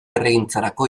herrigintzarako